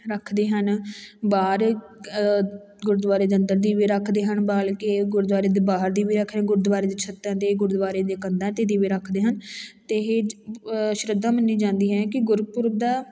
ਰੱਖਦੇ ਹਨ ਬਾਹਰ ਗੁਰਦੁਆਰੇ ਦੇ ਅੰਦਰ ਦੀਵੇ ਰੱਖਦੇ ਹਨ ਬਾਲ ਕੇ ਗੁਰਦੁਆਰੇ ਦੇ ਬਾਹਰ ਦੀਵੇ ਰੱਖਦੇ ਗੁਰਦੁਆਰੇ ਦੇ ਛੱਤਾਂ 'ਤੇ ਗੁਰਦੁਆਰੇ ਦੇ ਕੰਧਾਂ 'ਤੇ ਦੀਵੇ ਰੱਖਦੇ ਹਨ ਅਤੇ ਇਹ ਚ ਸ਼ਰਧਾ ਮੰਨੀ ਜਾਂਦੀ ਹੈ ਕਿ ਗੁਰਪੁਰਬ ਦਾ